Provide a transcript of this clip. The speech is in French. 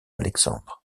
alexandre